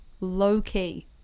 low-key